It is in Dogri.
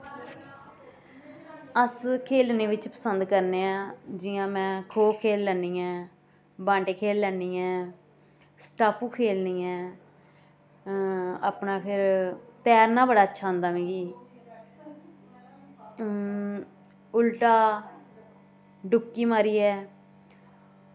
अस खेल्लने बिच पसंद करने आं जि'यां में खो खेल लैन्नी ऐं बाहंटे खेली लैन्नी ऐं स्टापू खेलनी ऐ अपना फिर तैरना बड़ा अच्छा आंदा मिगी उल्टा डुपकी मारियै